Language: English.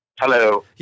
Hello